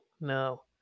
No